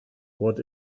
what